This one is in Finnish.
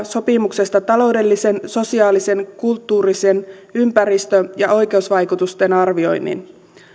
sopimuksesta taloudellisen sosiaalisen kulttuurisen sekä ympäristö ja oikeusvaikutusten arvioinnin